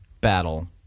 battle